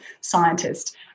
scientist